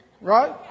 Right